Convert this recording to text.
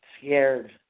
scared